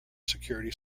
security